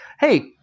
Hey